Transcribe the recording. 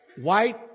white